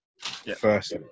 first